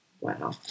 Wow